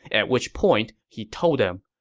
at which point he told them,